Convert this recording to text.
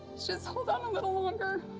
just hold on a little longer.